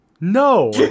No